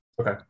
Okay